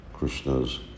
Krishna's